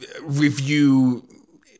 review